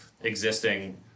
existing